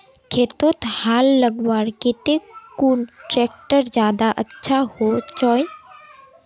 खेतोत हाल लगवार केते कुन ट्रैक्टर ज्यादा अच्छा होचए?